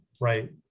right